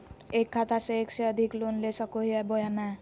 एक खाता से एक से अधिक लोन ले सको हियय बोया नय?